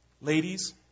ladies